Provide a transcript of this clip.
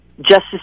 justice